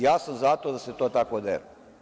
Ja sam za to da se to tako deli.